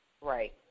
Right